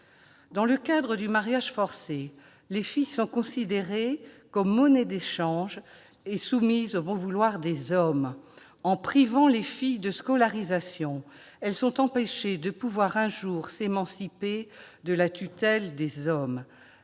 Dans le cadre du mariage forcé, les filles sont considérées comme monnaie d'échange, soumises au bon vouloir des hommes. En privant les filles de scolarisation, elles sont empêchées de s'émanciper un jour de la tutelle des hommes.